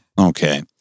Okay